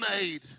made